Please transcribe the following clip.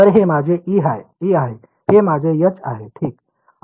तर हे माझे E आहे हे माझे H आहे ठीक